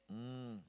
mm